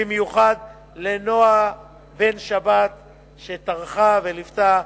במיוחד לנועה בן-שבת שטרחה וליוותה.